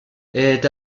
est